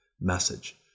message